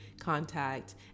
contact